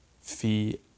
fee